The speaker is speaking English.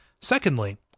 Secondly